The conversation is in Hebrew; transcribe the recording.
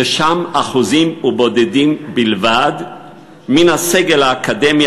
ששם אחוזים בודדים בלבד מן הסגל האקדמי